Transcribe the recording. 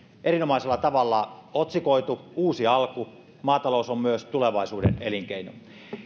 erinomaisella tavalla otsikoitu uusi alku maatalous on myös tulevaisuuden elinkeino